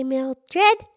Mildred